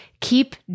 keep